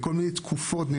תקופות.